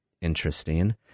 Interesting